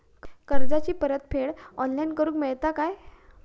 कर्जाची परत फेड ऑनलाइन करूक मेलता काय?